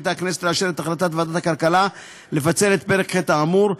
החליטה הכנסת לאשר את החלטת ועדת הכלכלה לפצל את פרק ח' האמור,